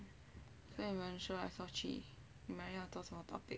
then 你们说来说去你们要做什么 topic